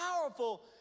powerful